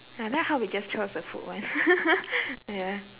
I like how we chose the food [one] yeah